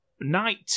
night